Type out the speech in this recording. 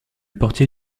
portier